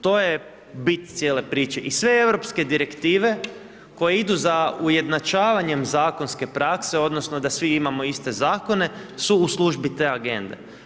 To je bit cijele priče i sve europske Direktive koje idu za ujednačavanjem zakonske prakse odnosno da svi imamo iste zakone, su u službi te agende.